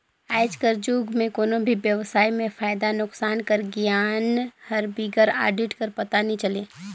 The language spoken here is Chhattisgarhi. आएज कर जुग में कोनो भी बेवसाय में फयदा नोसकान कर गियान हर बिगर आडिट कर पता नी चले